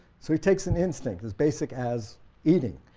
so he takes an instinct as basic as eating,